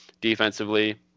defensively